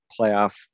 playoff